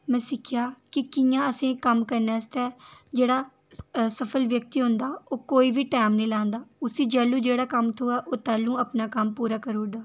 में सिक्खेआ कि कि'यां असें ई कम्म करने आस्तै जेह्ड़ा सफल व्यक्ति होंदा ओह् कोई बी टाइम निं लांदा उसी जैह्लूं जेह्ड़ा कम्म थ्होऐ उसी तैह्लूं अपना कम्म पूरा करी ओड़दा